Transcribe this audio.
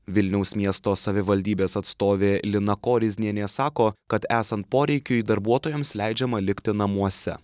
vilniaus miesto savivaldybės atstovė lina koriznienė sako kad esant poreikiui darbuotojams leidžiama likti namuose